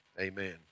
amen